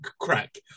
crack